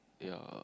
your